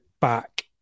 back